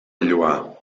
lloar